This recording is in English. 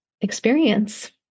experience